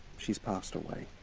she's passed away.